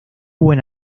buen